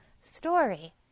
story